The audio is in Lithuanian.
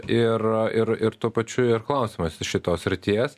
ir ir ir tuo pačiu ir klausimas iš šitos srities